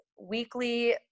weekly